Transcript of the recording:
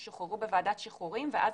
מי ששוחררו בוועדת שחרורים ואז